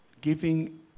giving